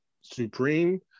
supreme